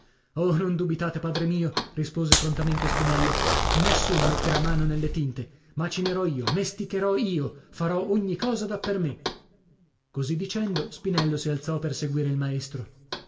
oh non dubitate padre mio rispose prontamente spinello nessuno metterà mano nelle tinte macinerò io mesticherò io farò ogni cosa da per me così dicendo spinello si alzò per seguire il maestro